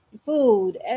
food